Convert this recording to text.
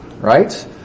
right